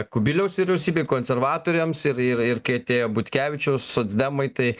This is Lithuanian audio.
kubiliaus vyriausybei konservatoriams ir ir ir kai atėjo butkevičius socdemai tai